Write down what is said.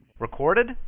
Recorded